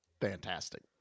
Fantastic